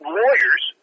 lawyers